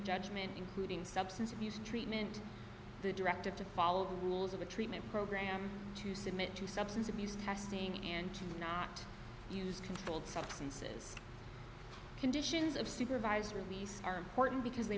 judgment including substance abuse treatment the directive to follow rules of a treatment program to submit to substance abuse testing and to not use controlled substances conditions of supervised release are important because they